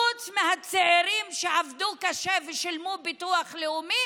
חוץ מהצעירים שעבדו קשה ושילמו ביטוח לאומי